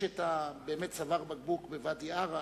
יש צוואר בקבוק בוואדי-עארה,